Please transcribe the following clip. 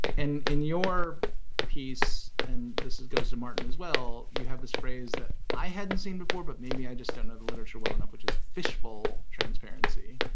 and in your piece, and this goes to martin as well, you have this phrase that i hadn't seen before but maybe i just don't know the literature well enough which is fishbowl transparency.